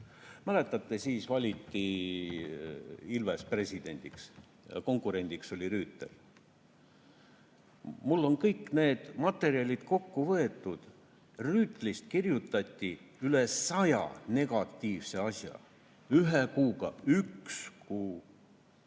mäletate, siis valiti Ilves presidendiks? Konkurendiks oli Rüütel. Mul on kõik need materjalid kokku võetud. Rüütlist kirjutati üle saja negatiivse asja ühe kuuga. Ühe kuuga!